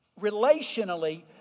relationally